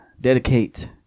dedicate